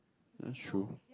that's true